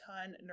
ton